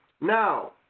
Now